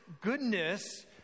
goodness